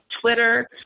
Twitter